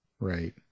Right